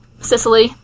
Sicily